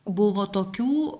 buvo tokių